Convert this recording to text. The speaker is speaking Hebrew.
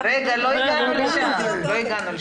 לא הגענו לשם.